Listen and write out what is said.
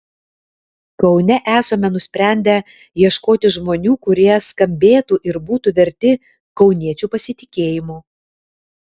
kaune esame nusprendę ieškoti žmonių kurie skambėtų ir būtų verti kauniečių pasitikėjimo